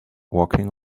walking